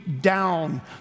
down